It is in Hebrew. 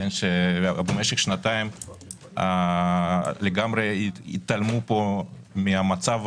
שמשך שנתיים לגמרי התעלמו פה מהמצב